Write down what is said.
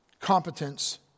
Competence